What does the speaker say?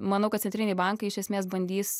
manau kad centriniai bankai iš esmės bandys